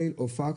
מייל או פקס,